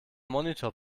monitor